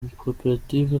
makoperative